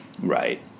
Right